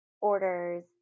orders